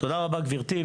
תודה רבה גברתי,